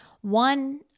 one